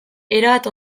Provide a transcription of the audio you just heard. erabat